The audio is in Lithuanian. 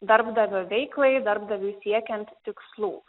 darbdavio veiklai darbdaviui siekiant tikslų